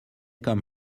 come